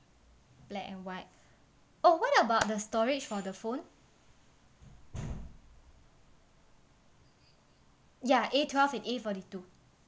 black and white oh what about the storage for the phone ya A twelve and A forty two